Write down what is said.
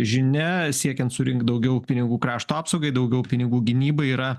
žinia siekiant surinkt daugiau pinigų krašto apsaugai daugau pinigų gynybai yra